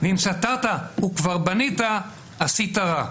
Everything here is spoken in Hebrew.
ואם סתרת וכבר בנית, עשית רע.